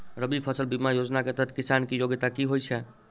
रबी फसल बीमा योजना केँ तहत किसान की योग्यता की होइ छै?